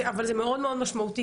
אבל זה מאוד מאוד משמעותי.